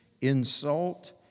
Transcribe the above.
insult